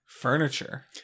furniture